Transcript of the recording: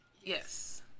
Yes